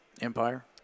Empire